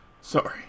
Sorry